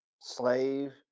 slave